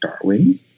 Darwin